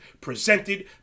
presented